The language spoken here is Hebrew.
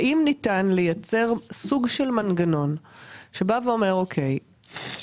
האם ניתן לייצר סוג של מנגנון שבא ואומר: אוקיי,